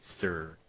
Sir